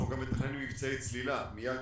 אנחנו גם מתכננים מבצעי צלילה מיד